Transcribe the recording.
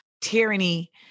tyranny